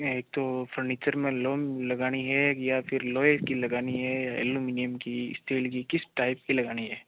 या एक तो फर्नीचर में लोंग लगाणी है या फिर लोहे की लगानी है या एलुमिनियम की इस्टील की किस टाइप की लगानी है